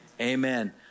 Amen